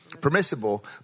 permissible